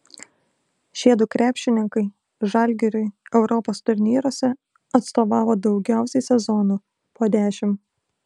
šiedu krepšininkai žalgiriui europos turnyruose atstovavo daugiausiai sezonų po dešimt